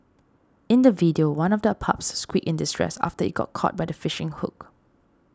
in the video one of the pups squeaked in distress after it got caught by the fishing hook